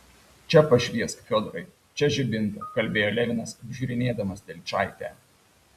čia pašviesk fiodorai čia žibintą kalbėjo levinas apžiūrinėdamas telyčaitę